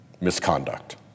misconduct